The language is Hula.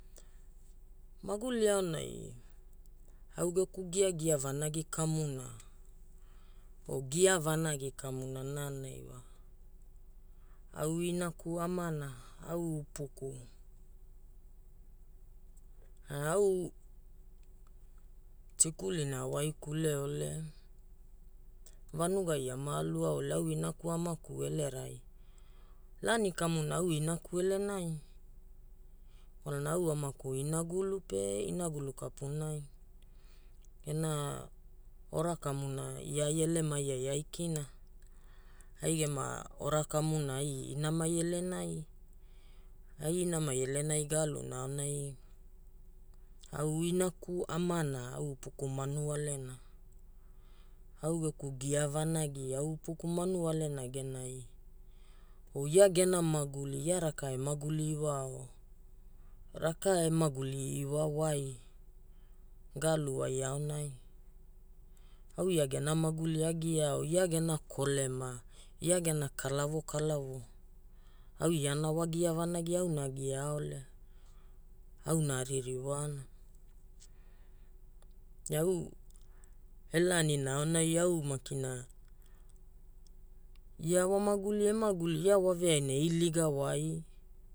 Maguli aonai au geku giagia vanagi kamuna o gia vanagi kamuna na ana iwa au inaku amana, au Upuku. Au Tikulina a waikuleole vanugai ama alu ao ole au Inaku Amaku elerai. laani kamuna au Inaku elenai, kwalana au Amaku inagulu pe inagulu kapunai. Gena ora kamuna ia ai elemai ai aikina, ai gema ora kamuna ai Inamai elenai. Ai Inamai elenai ga aluna aonai au inaku amana, au Upuku manuwalena au geku gia vanagi au Upuku manuwalena genai. Ia gena maguli o ia raka maguli iwao, raka e maguli iwa wai ga alu wai aonai. Au ia gena maguli agiaao, ia gena kolema, ia gena kalawo kalawo, au iana wa gia vanagi auna agiaa ole, auna aririwana. Ne au e laanina aonai au makina ia wa maguli emaguli, ia waveaina e iliga wai